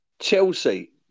Chelsea